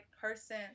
person